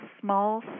small